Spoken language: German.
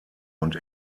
und